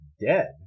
dead